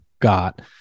got